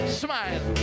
smile